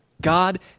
God